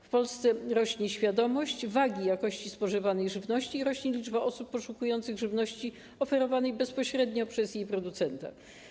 W Polsce rośnie świadomość, jak ważna jest jakość spożywanej żywności, i rośnie liczba osób poszukujących żywności oferowanej bezpośrednio przez jej producenta.